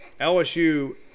LSU